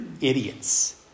idiots